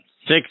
six